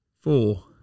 Four